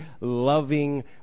loving